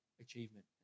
achievement